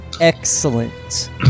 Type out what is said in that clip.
Excellent